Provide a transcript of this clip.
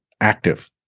active